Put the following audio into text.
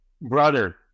brother